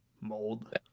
mold